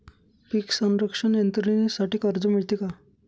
पीक संरक्षण यंत्रणेसाठी कर्ज मिळते का?